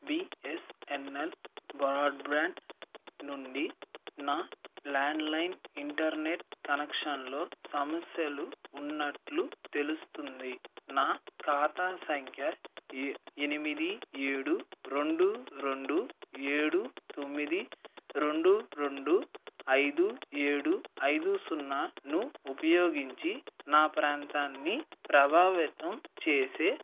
BSNL broadband నుండి నా landline internet కనెక్షన్లో సమస్యలు ఉన్నట్లు తెలుస్తుంది నా ఖాతా సంఖ్య ఎ ఎనిమిది ఏడు రెండు రెండు ఏడు తొమ్మిది రెండు రెండు ఐదు ఏడు ఐదు సున్నాను ఉపయోగించి నా ప్రాంతాన్ని ప్రభావితం చేసే